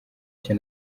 cye